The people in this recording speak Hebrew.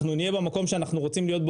אנחנו נהיה במקום שאנחנו רוצים להיות בו